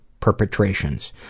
perpetrations